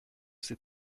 ses